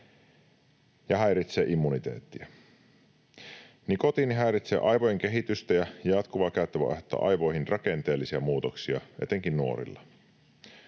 ja häiritsee immuniteettia. Nikotiini häiritsee aivojen kehitystä, ja jatkuva käyttö voi aiheuttaa aivoihin rakenteellisia muutoksia, etenkin nuorilla.